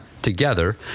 together